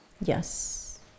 Yes